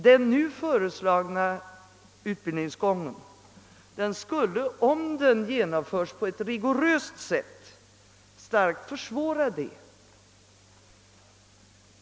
Den nu föreslagna utbildningsgången skulle, om den genomförs på ett rigoröst sätt, starkt försvåra detta.